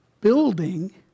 building